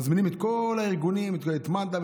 מזמינים את כל הארגונים: את מד"א,